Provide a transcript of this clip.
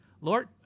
Lord